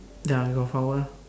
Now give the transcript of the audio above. ya got flower